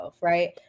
right